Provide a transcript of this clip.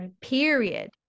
period